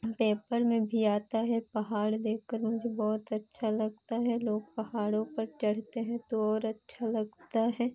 हाँ पेपर में भी आता है पहाड़ देखकर मुझे बहुत अच्छा लगता है लोग पहाड़ों पर चढ़ते हैं तो और अच्छा लगता है